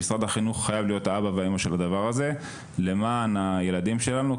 משרד החינוך חייב להיות האבא והאמא של הדבר הזה למען הילדים שלנו,